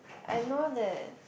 I know that